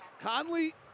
Conley